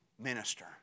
minister